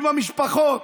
עם המשפחות,